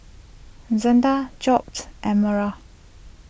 Zetta Job Elmira